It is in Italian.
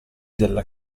della